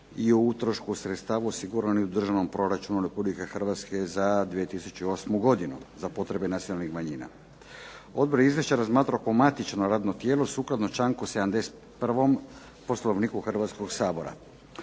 i o utrošku sredstava osiguranih u državnom proračunu Republike Hrvatske za 2008. godinu za potrebe nacionalnih manjina. Odbor je Izvješće razmatrao kao matično radno tijelo sukladno članku 71. Poslovnika Hrvatskoga sabora.